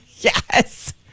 Yes